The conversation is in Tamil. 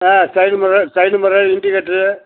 ah side mirror side mirror indicator